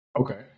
Okay